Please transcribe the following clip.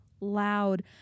loud